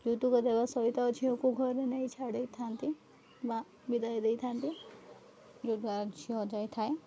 ଯୌତୁକ ଦେବା ସହିତ ଝିଅକୁ ଘରେ ନେଇ ଛାଡ଼ିଥାନ୍ତି ବା ବିଦାୟ ଦେଇଥାନ୍ତି ଯଦ୍ୱାରା ଝିଅ ଯାଇଥାଏ